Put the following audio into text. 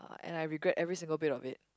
and I regret every single bit of it